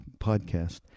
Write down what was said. podcast